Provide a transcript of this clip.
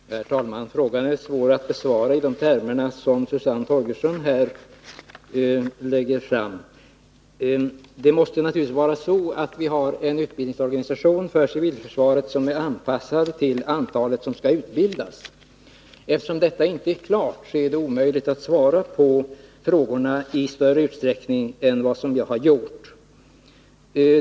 Herr talman! Frågan är svår att besvara i de termer som Susann Torgerson här lägger fram den. Vi måste naturligtvis ha en utbildningsorganisation för civilförsvaret som är anpassad till det antal personer som skall utbildas. Eftersom detta inte är klart är det omöjligt att svara på frågorna mer ingående än jag har gjort.